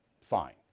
fine